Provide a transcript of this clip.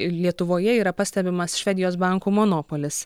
lietuvoje yra pastebimas švedijos bankų monopolis